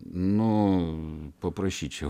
nu paprašyčiau